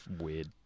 weird